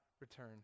return